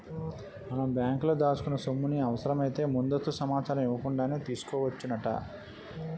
మనం బ్యాంకులో దాచుకున్న సొమ్ముని అవసరమైతే ముందస్తు సమాచారం ఇవ్వకుండానే తీసుకోవచ్చునట